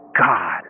God